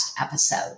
episode